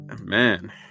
man